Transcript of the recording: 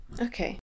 okay